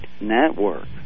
network